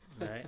right